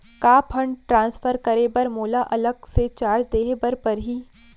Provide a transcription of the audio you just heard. का fund transfer करे बर मोला अलग से चार्ज देहे बर परही?